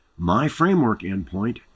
MyFrameworkEndpoint